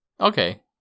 Okay